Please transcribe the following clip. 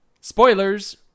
spoilers